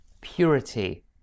purity